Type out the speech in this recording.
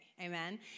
Amen